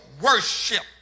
Worship